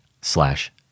slash